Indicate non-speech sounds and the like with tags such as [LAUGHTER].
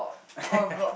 [LAUGHS]